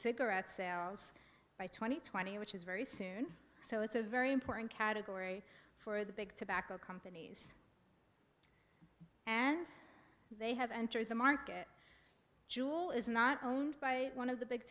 cigarette sales by twenty twenty which is very soon so it's a very important category for the big tobacco comp and they have entered the market jewel is not owned by one of the big